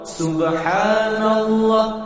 subhanallah